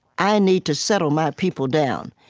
i need to settle my people down.